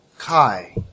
Kai